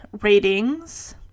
ratings